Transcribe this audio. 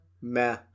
Meh